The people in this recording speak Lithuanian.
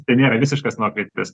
tai nėra visiškas nuokrypis